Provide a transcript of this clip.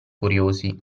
curiosi